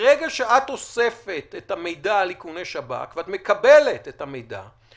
ברגע שאת אוספת את המידע על איכוני שב"כ ואת מקבלת את המידע,